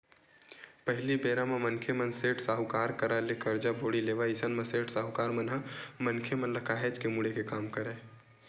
पहिली बेरा म मनखे मन सेठ, साहूकार करा ले करजा बोड़ी लेवय अइसन म सेठ, साहूकार मन ह मनखे मन ल काहेच के मुड़े के काम करय